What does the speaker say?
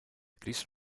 crist